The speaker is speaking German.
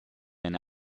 eine